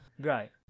Right